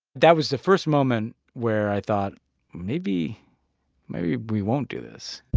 that was the first moment where i thought maybe maybe we won't do this